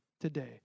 today